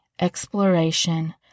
exploration